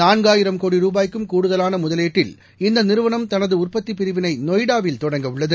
நான்காயிரம் கோடி ரூபாய்க்கும் கூடுதலான முதலீட்டில் இந்த நிறுவனம் தனது உற்பத்தி பிரிவிளை நொய்டாவில் தொடங்க உள்ளது